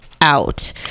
out